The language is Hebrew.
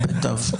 למיטב זכרוני.